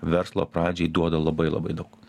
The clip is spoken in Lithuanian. verslo pradžiai duoda labai labai daug